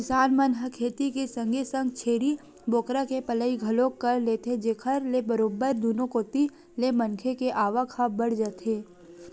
किसान मन ह खेती के संगे संग छेरी बोकरा के पलई घलोक कर लेथे जेखर ले बरोबर दुनो कोती ले मनखे के आवक ह बड़ जाथे